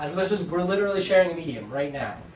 and this is we're literally sharing a medium right now.